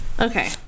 Okay